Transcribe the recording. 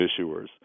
issuers